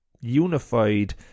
unified